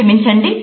క్షమించండి